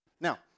Now